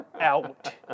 out